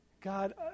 God